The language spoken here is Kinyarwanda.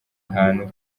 hantu